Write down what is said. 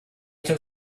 took